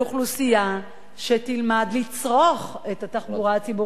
שתלמד לצרוך את התחבורה הציבורית בישראל,